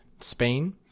Spain